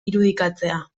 irudikatzea